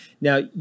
Now